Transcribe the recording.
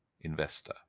investor